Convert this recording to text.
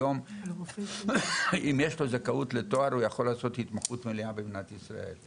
היום אם יש לו זכאות לתואר הוא יכול לעשות התמחות מלאה במדינת ישראל.